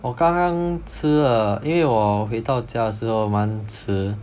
我刚刚吃了因为我回到家的时候蛮迟